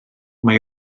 mae